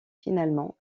finalement